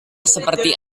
seperti